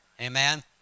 Amen